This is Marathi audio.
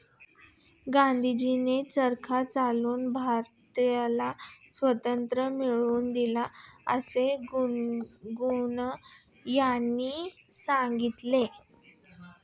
गांधीजींनी चरखा चालवून भारताला स्वातंत्र्य मिळवून दिले असे गुनगुन यांनी सांगितले